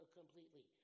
completely